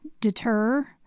deter